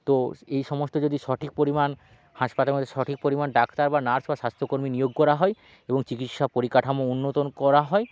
তো এই সমস্ত যদি সঠিক পরিমাণ হাসপাতালের মধ্যে সঠিক পরিমাণ ডাক্তার বা নার্স বা স্বাস্থ্য কর্মী নিয়োগ করা হয় এবং চিকিৎসা পরিকাঠামো উন্নত করা হয়